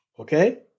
Okay